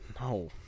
No